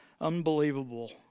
unbelievable